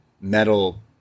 metal